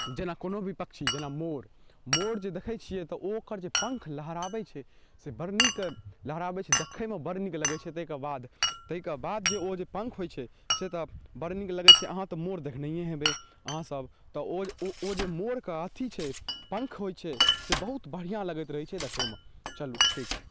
जेना कोनो भी पक्षी जेना मोर मोर जे देखै छिए तऽ ओ ओकर पंख लहराबै छै से बड़ नीक लहराबै छै देखैमे बड़ नीक लगै छै ताहिके बाद ताहिके बाद जे ओ जे पंख होइ छै से तऽ बड़ नीक लगै छै अहाँ तऽ मोर देखनहिए हेबै अहाँसभ तऽ ओ ओ जे मोरके अथी छै पंख होइ छै से बहुत बढ़िआँ लगैत रहै छै देखैमे चलू ठीक छै